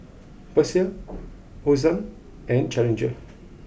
Persil Hosen and Challenger